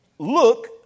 look